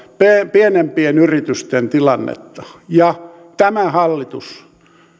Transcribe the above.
pienempien yritysten tilannetta ja tämä hallitus on